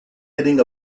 hitting